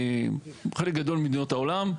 כמו חלק גדול ממדינות העולם,